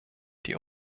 die